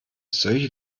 solche